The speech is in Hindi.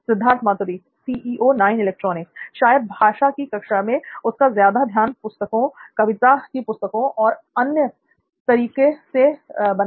सिद्धार्थ मातुरी शायद भाषा की कक्षा में उसका ज्यादा ध्यान पुस्तकों कविता की पुस्तकों और अन्य इसी प्रकार की पुस्तकों में होगा परंतु जब गणित की बात होगी तब लिखना अभ्यास करना और कच्चा काम ज्यादा होगा